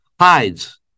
hides